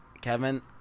Kevin